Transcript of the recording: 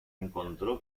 encontró